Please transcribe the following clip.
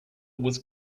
was